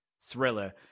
thriller